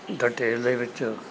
detail ਦੇ ਵਿੱਚ